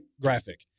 graphic